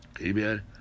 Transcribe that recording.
Amen